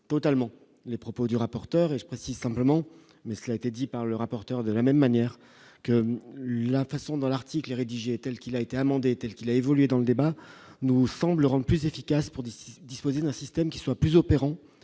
totalement les propos du rapporteur, et je précise simplement mais cela a été dit par le rapporteur de la même manière que la façon dans l'art. Si les telle qu'il a été amendé telle qu'il a évolué dans le débat nous semble plus efficace pour de disposer d'un système qui soit plus opérant